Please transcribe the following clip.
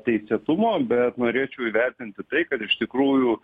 teisėtumo bet norėčiau įvertinti tai kad iš tikrųjų